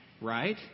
right